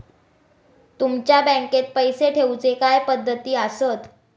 तुमच्या बँकेत पैसे ठेऊचे काय पद्धती आसत?